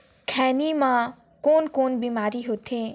खैनी म कौन कौन बीमारी होथे?